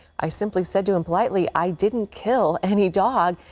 i simply said to him politely, i didn't kill any dog,